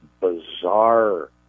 bizarre